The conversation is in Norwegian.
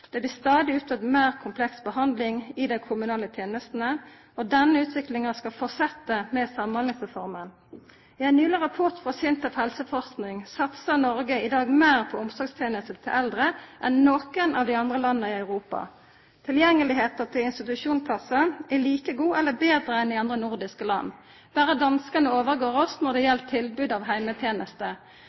Det blir stadig utøvd meir kompleks behandling i dei kommunale tenestene, og denne utviklinga skal fortsetja med Samhandlingsreforma. Ifølgje ein nyleg rapport frå SINTEF helseforsking satsar Noreg i dag meir på omsorgstenester til eldre enn nokon av dei andre landa i Europa. Tilgjengelegheita til institusjonsplassar er like god eller betre enn i andre nordiske land. Berre danskane overgår oss når det gjeld tilbodet av heimetenester.